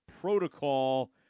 protocol